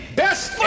best